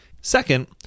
second